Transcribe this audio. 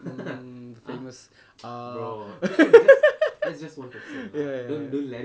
mm famous ah ya ya ya